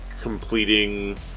completing